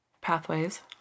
Pathways